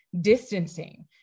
distancing